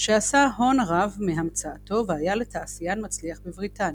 שעשה הון רב מהמצאתו והיה לתעשיין מצליח בבריטניה.